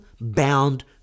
bound